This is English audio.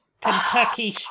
Kentucky